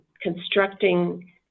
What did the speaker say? constructing